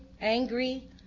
angry